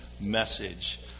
message